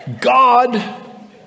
God